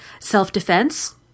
self-defense